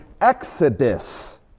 exodus